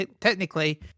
technically